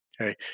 Okay